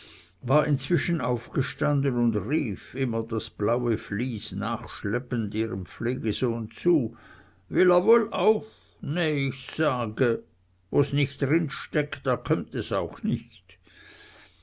war inzwischen aufgestanden und rief immer das blaue vlies nachschleppend ihrem pflegesohn zu will er woll auf ne ich sage wo's nich drinsteckt da kommt es auch nich